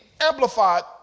amplified